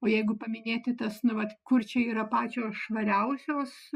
o jeigu paminėti tas nu vat kur čia yra pačios švariausios